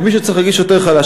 ומישהו צריך להרגיש יותר חלש.